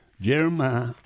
Jeremiah